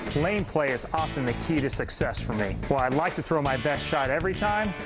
lane play is often the key to success for me. while i'd like to throw my best shot every time,